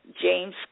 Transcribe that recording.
James